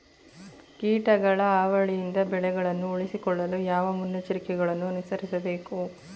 ಕೀಟಗಳ ಹಾವಳಿಯಿಂದ ಬೆಳೆಗಳನ್ನು ಉಳಿಸಿಕೊಳ್ಳಲು ಯಾವ ಮುನ್ನೆಚ್ಚರಿಕೆಗಳನ್ನು ಅನುಸರಿಸಬೇಕು?